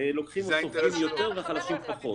סופגים יותר והחלשים פחות.